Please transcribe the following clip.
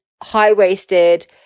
high-waisted